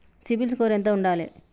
CIBIL score ఎంత ఉండాలే?